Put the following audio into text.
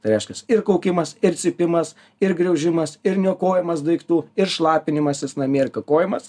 reiškias ir kaukimas ir cypimas ir graužimas ir niokojamas daiktų ir šlapinimasis namie ir kakojimas